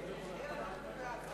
אדוני היושב-ראש,